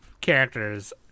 characters